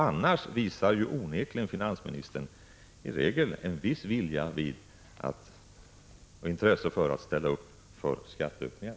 Annars visar onekligen finansministern vilja och | intresse för att ställa upp för skattehöjningar.